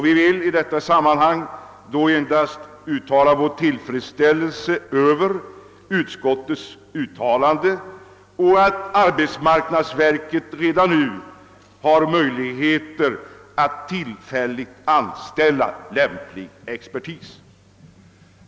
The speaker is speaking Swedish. Vi vill i detta sammanhang därför endast uttala vår tillfredsställelse över utskottets uttalande och över att arbetsmarknadsverket redan nu har möjligheter att tillfälligt anställa lämplig expertis.